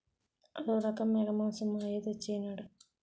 ఆదోరంకి మేకమాంసం మా అయ్య తెచ్చెయినాడు